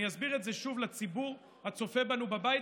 אני אסביר את זה שוב לציבור הצופה בנו בבית,